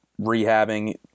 rehabbing